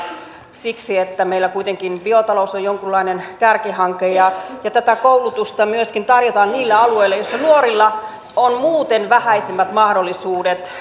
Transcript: siksi että meillä kuitenkin biotalous on jonkunlainen kärkihanke tätä koulutusta myöskin tarjotaan niillä alueilla joissa nuorilla on muuten vähäisemmät mahdollisuudet